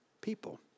people